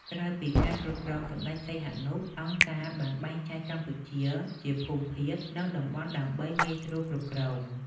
ក្រៅពីការគ្រប់គ្រងសម្តេចសីហនុ អង្គការបានបែងចែកកម្ពុជាជាភូមិភាគ និងតំបន់ដើម្បីងាយស្រួលគ្រប់គ្រង។